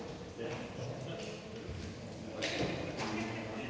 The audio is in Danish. Tak